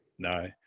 no